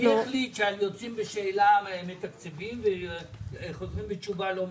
מי החליט שיוצאים בשאלה מתקצבים וחוזרים בתשובה לא מתקצבים?